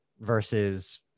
versus